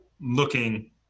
looking